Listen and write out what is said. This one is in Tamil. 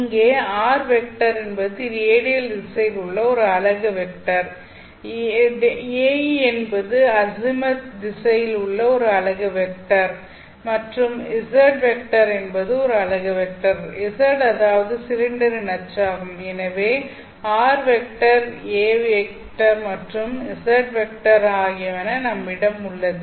இங்கே r என்பது ரேடியல் திசையில் உள்ள அலகு வெக்டர் Æ the என்பது அஸிமத் திசையில் உள்ள அலகு வெக்டர் மற்றும் z என்பது ஒரு அலகு வெக்டர் z அதாவது சிலிண்டரின் அச்சாகும் எனவே r Æ மற்றும் z ஆகியன நம்மிடம் உள்ளது